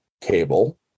cable